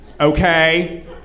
okay